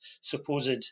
supposed